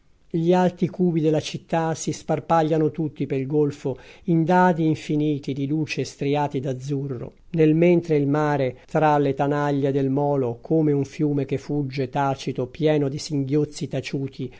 gli alti cubi della città si sparpagliano tutti pel golfo in dadi infiniti di luce striati d'azzurro nel mentre il mare tra le tanaglie del molo come un fiume che fugge tacito pieno di singhiozzi taciuti